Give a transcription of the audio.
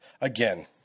again